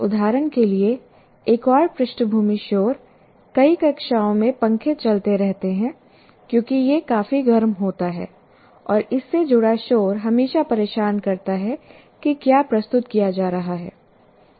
उदाहरण के लिए एक और पृष्ठभूमि शोर कई कक्षाओं में पंखे चलते रहते हैं क्योंकि यह काफी गर्म होता है और इससे जुड़ा शोर हमेशा परेशान करता है कि क्या प्रस्तुत किया जा रहा है